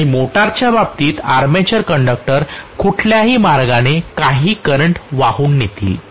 आणि मोटारच्या बाबतीत आर्मेचर कंडक्टर कुठल्याही मार्गाने काही करंट वाहून नेतील